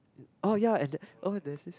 oh ya and there that is